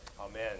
Amen